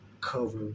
cover